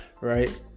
right